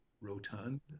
rotund